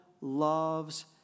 loves